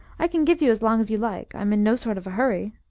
i can give you as long as you like. i'm in no sort of a hurry.